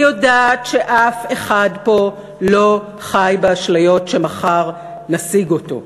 אני יודעת שאף אחד פה לא חי באשליות שמחר נשיג אותו,